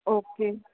okay